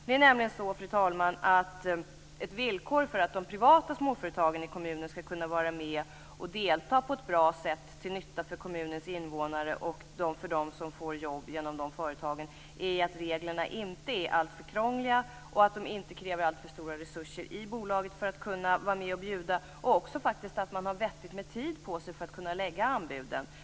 Det är nämligen så, fru talman, att ett villkor för att de privata småföretagen i kommunen skall kunna delta på ett bra sätt, till nytta för kommunens invånare och för dem som får jobb inom företagen, är att reglerna inte är alltför krångliga och inte kräver alltför stora resurser i bolaget för att kunna vara med och bjuda och få vettigt med tid på sig för att kunna lägga anbuden.